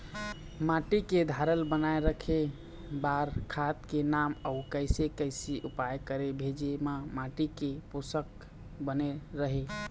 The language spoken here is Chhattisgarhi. माटी के धारल बनाए रखे बार खाद के नाम अउ कैसे कैसे उपाय करें भेजे मा माटी के पोषक बने रहे?